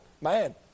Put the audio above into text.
man